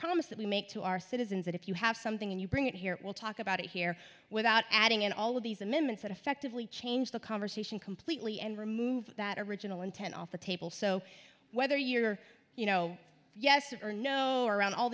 promise that we make to our citizens that if you have something and you bring it here we'll talk about it here without adding in all of these amendments that effectively change the conversation completely and remove that original intent off the table so whether you're you know yes or no around all